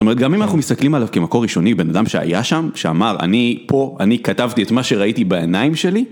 זאת אומרת גם אם אנחנו מסתכלים עליו כמקור ראשוני בן אדם שהיה שם שאמר אני פה אני כתבתי את מה שראיתי בעיניים שלי